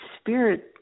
spirit